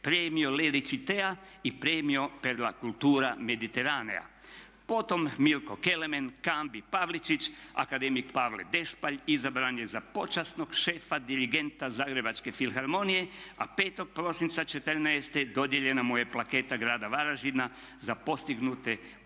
Premio lerili tea i Premio per la cultura Mediteranea. Potom Milko Kelemen, Cambi, Pavličić. Akademik Pavle Dešpalj izabran je za počasnog šefa dirigenta Zagrebačke filharmonije a 5. prosinca 2014. dodijeljena mu je Plaketa grada Varaždina za postignute uzorne